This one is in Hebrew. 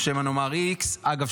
או שמא נאמר X. אגב,